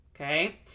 okay